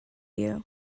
you